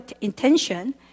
intention